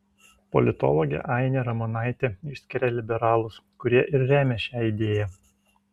politologė ainė ramonaitė išskiria liberalus kurie ir remia šią idėją